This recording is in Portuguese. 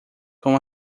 com